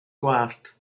gwallt